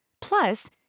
Plus